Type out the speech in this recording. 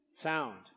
sound